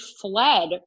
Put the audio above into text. fled